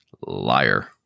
Liar